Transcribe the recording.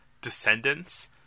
descendants